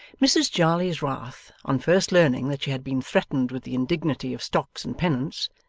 mrs jarley's wrath on first learning that she had been threatened with the indignity of stocks and penance,